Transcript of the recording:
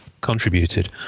contributed